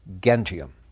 gentium